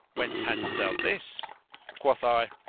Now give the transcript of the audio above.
whence hadst thou this quoth i,